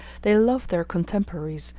they love their contemporaries,